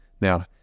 now